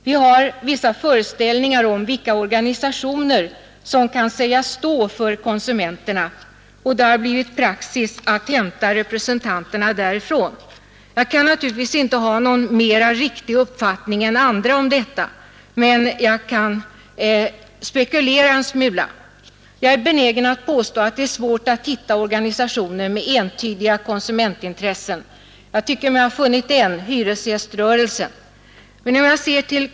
Vi har vissa föreställningar om vilka organisationer som kan sägas stå för konsumenterna, och det har blivit praxis att hämta representanterna därifrån. Naturligtvis kan jag inte ha någon mera riktig uppfattning om detta än alla andra, men jag kan spekulera en smula. Och jag är benägen att påstå, att det är svårt att hitta organisationer med entydiga konsumentintressen. Men jag tycker mig ha funnit en: hyresgäströrelsen.